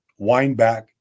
windback